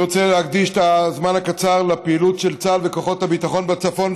אני רוצה להקדיש את הזמן הקצר לפעילות של צה"ל וכוחות הביטחון בצפון,